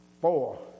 Four